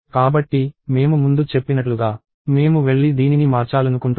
కాబట్టి మేము ముందు చెప్పినట్లుగా మేము వెళ్లి దీనిని మార్చాలనుకుంటున్నాము